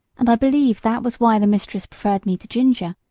and i believe that was why the mistress preferred me to ginger,